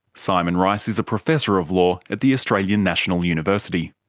simon rice is a professor of law at the australian national university.